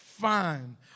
Fine